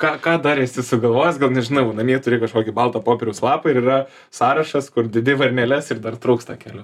ką ką dar esi sugalvojęs gal nežinau namie turi kažkokį balto popieriaus lapą ir yra sąrašas kur dedi varneles ir dar trūksta kelių